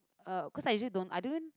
uh cause I usually don't I don't